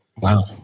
Wow